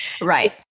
Right